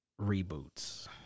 reboots